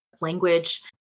language